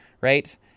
right